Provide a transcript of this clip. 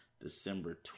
December